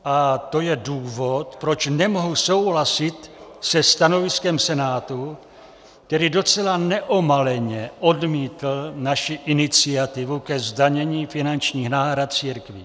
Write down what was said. A to je důvod, proč nemohu souhlasit se stanoviskem Senátu, který docela neomaleně odmítl naši iniciativu ke zdanění finančních náhrad církvím.